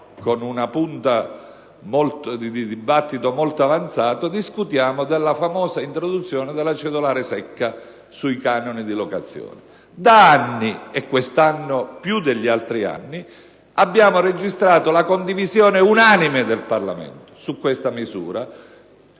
con un dibattito molto avanzato discutiamo della famosa introduzione della cedolare secca sui canoni di locazione; da anni, e quest'anno più degli altri, abbiamo registrato la condivisione unanime del Parlamento su questa misura,